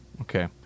Okay